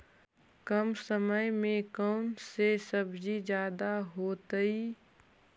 कम समय में कौन से सब्जी ज्यादा होतेई?